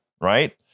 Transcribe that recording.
right